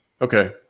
Okay